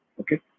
Okay